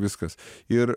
viskas ir